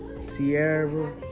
Sierra